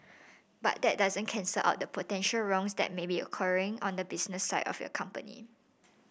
but that doesn't cancel out the potential wrongs that may be occurring on the business side of your company